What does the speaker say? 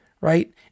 right